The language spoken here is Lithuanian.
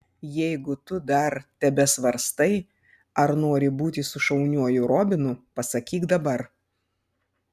jeigu tu dar tebesvarstai ar nori būti su šauniuoju robinu pasakyk dabar